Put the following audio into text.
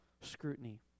scrutiny